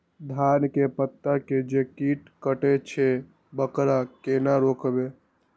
धान के पत्ता के जे कीट कटे छे वकरा केना रोकबे?